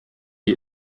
die